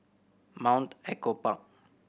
Mount Echo Park